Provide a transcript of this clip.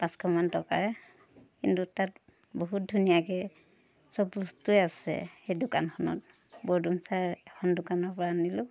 পাঁচশ মান টকাৰ কিন্তু তাত বহুত ধুনীয়াকৈ চব বস্তুৱে আছে সেই দোকানখনত বৰডুমচা এখন দোকানৰ পৰা আনিলোঁ